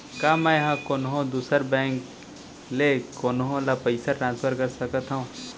का मै हा कोनहो दुसर बैंक ले कोनहो ला पईसा ट्रांसफर कर सकत हव?